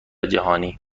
جهانی